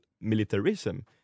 militarism